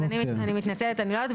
אני מתנצלת, אני לא יודעת.